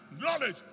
knowledge